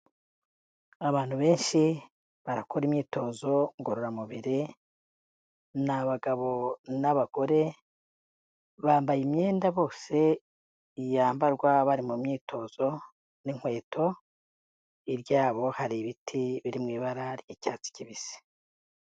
Abantu benshi barakora imyitozo ngororamubiri, ni abagabo n'abagore, bambaye imyenda bose yambarwa bari mu myitozo n'inkweto, hirya yabo hari ibiti biri mu ibara ry'icyatsi kibisi.